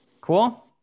cool